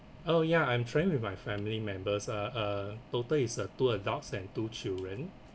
oh yeah I'm travelling with my family members uh uh total is a two adults and two children